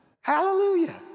Hallelujah